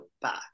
back